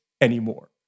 anymore